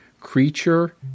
creature